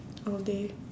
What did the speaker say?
all day